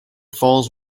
falls